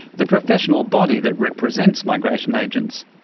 the professional body that represents migration agents.